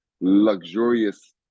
luxurious